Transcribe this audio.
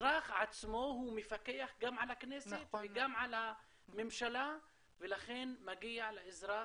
האזרח עצמו הוא מפקח גם על הכנסת וגם על הממשלה ולכן מגיע לאזרח